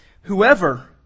Whoever